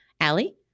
Allie